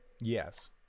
Yes